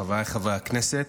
חבריי חברי הכנסת,